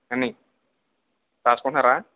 ఏమండి రాసుకుంటున్నారా